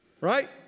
right